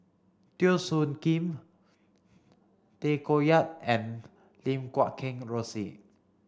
Teo Soon Kim Tay Koh Yat and Lim Guat Kheng Rosie